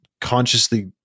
consciously